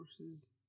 versus